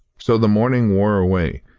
so the morning wore away.